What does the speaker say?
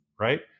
Right